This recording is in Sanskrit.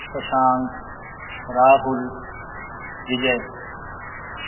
शशाङ्कः राहुलः विजयः